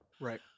Right